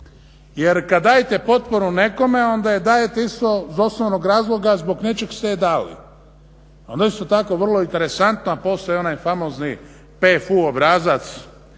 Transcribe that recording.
Jer kad dajete potporu nekome onda je dajete isto iz osnovnog razloga zbog nečeg ste je dali. Onda je isto tako vrlo interesantno a postoji onaj famozni PFU obrazac